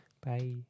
Bye